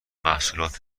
محصولات